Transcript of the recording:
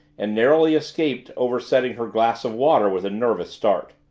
and narrowly escaped oversetting her glass of water with a nervous start.